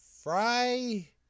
Fry